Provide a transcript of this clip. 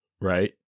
right